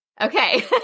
Okay